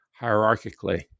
hierarchically